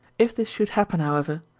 if this should happen, however,